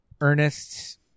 Ernest